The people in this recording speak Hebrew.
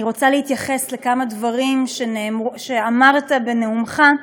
אני רוצה להתייחס לכמה דברים שאמרת בנאומך,